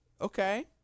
Okay